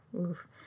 oof